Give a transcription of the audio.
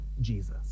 Jesus